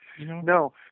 No